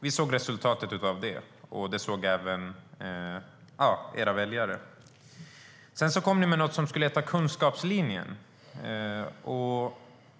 Vi såg resultatet av det, och det såg även era väljare. Sedan kom ni med kunskapslinjen.